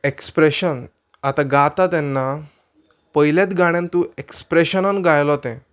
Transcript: expression आतां गाता तेन्ना पयल्यात गाण्यान तूं एक्सप्रेशनान गायलो तें